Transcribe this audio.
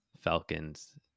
Falcons